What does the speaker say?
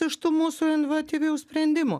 iš tų mūsų inovatyvių sprendimų